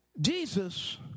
Jesus